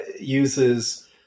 uses